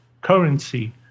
currency